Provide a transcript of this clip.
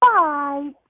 Bye